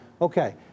Okay